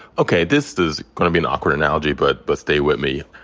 okay, this is gonna be an awkward analogy, but but stay with me.